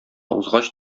узгач